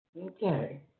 Okay